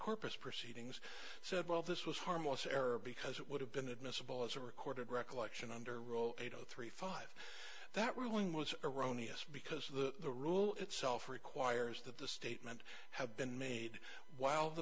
corpus proceedings said well this was harmless error because it would have been admissible as a recorded recollection under roll eight zero three five that ruling was erroneous because the rule itself requires that the statement have been made while the